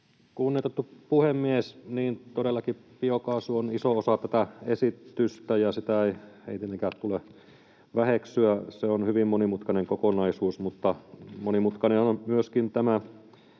Kunnioitettu puhemies! Niin, todellakin biokaasu on iso osa tätä esitystä, ja sitä ei tietenkään tule väheksyä. Se on hyvin monimutkainen kokonaisuus, mutta monimutkainen on myöskin